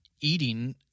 eating